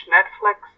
Netflix